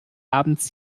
abends